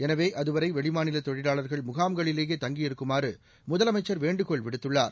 எனவே அதுவரை வெளிமாநில தொழிலாளர்கள் முகாம்களிலேயே தங்கி இருக்குமாறு முதலமைச்சர் வேண்டுகோள் விடுத்துள்ளார்